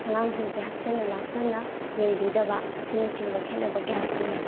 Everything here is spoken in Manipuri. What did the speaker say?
ꯑꯉꯥꯡꯁꯤꯡꯁꯦ ꯍꯛꯆꯤꯟꯅ ꯂꯥꯛꯁꯟꯅ ꯌꯦꯡꯕꯤꯗꯕ ꯑꯁꯤꯅꯆꯤꯡꯕ ꯈꯦꯅꯕ ꯀꯌꯥꯁꯦ ꯂꯩ